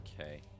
Okay